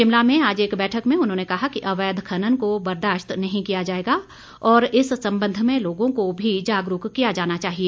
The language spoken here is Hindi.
शिमला में आज एक बैठक में उन्होंने कहा कि अवैध खनन को बर्दाश्त नहीं किया जाएगा और इस संबंध में लोगों को भी जागरूक किया जाना चाहिए